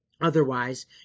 Otherwise